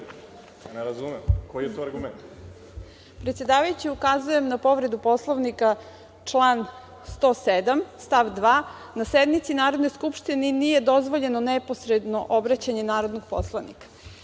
**Marija Janjušević** Predsedavajući, ukazujem na povredu Poslovnika član 107. stav 2. Na sednici Narodne skupštine nije dozvoljeno neposredno obraćanje narodnog poslanika. Niste